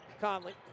Conley